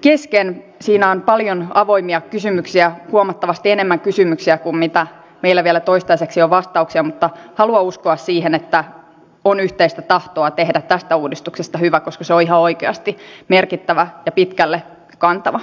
kesken siinä on paljon avoimia kysymyksiä huomattavasti enemmän kysymyksiä kuin mitä meillä vielä toistaiseksi on vastauksia mutta haluan uskoa siihen että on yhteistä tahtoa tehdä tästä uudistuksesta hyvä koska se on ihan oikeasti merkittävä ja pitkälle kantava